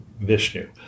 Vishnu